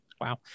Wow